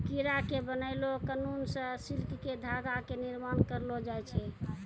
कीड़ा के बनैलो ककून सॅ सिल्क के धागा के निर्माण करलो जाय छै